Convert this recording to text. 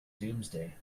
doomsday